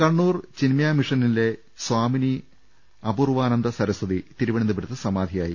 കണ്ണൂർ ചിൻമയ മിഷനിലെ സ്വാമിനി അപൂർവാനന്ദ സരസ്വതി തിരുവനന്തപുരത്ത് സമാധിയായി